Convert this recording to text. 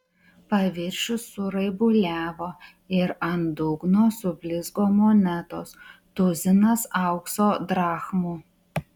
paviršius suraibuliavo ir ant dugno sublizgo monetos tuzinas aukso drachmų